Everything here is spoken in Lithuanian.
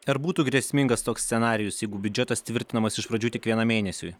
ar būtų grėsmingas toks scenarijus jeigu biudžetas tvirtinamas iš pradžių tik vienam mėnesiui